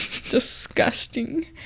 Disgusting